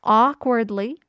awkwardly